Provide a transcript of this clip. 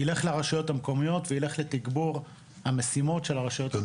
ילך לרשויות המקומיות וילך לתגבור המשימות של הרשויות המקומיות.